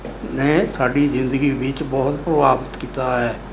ਨੇ ਸਾਡੀ ਜ਼ਿੰਦਗੀ ਵਿੱਚ ਬਹੁਤ ਪ੍ਰਭਾਵਿਤ ਕੀਤਾ ਹੈ